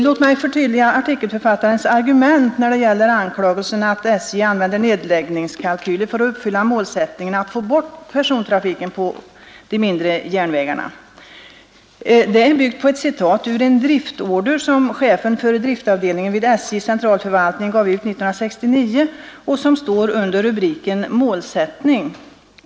Låt mig förtydliga artikelförfattarens argument när det gäller anklagel sen att SJ använder nedläggningskalkyler för att uppfylla målsättningen att få bort persontrafiken på de mindre järnvägarna. Argumenten bygger på ett citat ur en driftorder som chefen för driftavdelningen vid SJ:s centralförvaltning gav ut 1969 och som står under rubriken Målsättning.